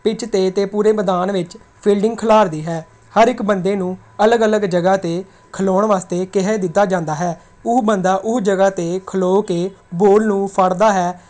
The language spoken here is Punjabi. ਪਿਚ 'ਤੇ ਅਤੇ ਪੂਰੇ ਮੈਦਾਨ ਵਿੱਚ ਫੀਲਡਿੰਗ ਖਿਲਾਰਦੀ ਹੈ ਹਰ ਇੱਕ ਬੰਦੇ ਨੂੰ ਅਲੱਗ ਅਲੱਗ ਜਗ੍ਹਾ 'ਤੇ ਖਲੋਣ ਵਾਸਤੇ ਕਹਿ ਦਿੱਤਾ ਜਾਂਦਾ ਹੈ ਉਹ ਬੰਦਾ ਉਸ ਜਗ੍ਹਾ 'ਤੇ ਖਲੋ ਕੇ ਬੋਲ ਨੂੰ ਫੜਦਾ ਹੈ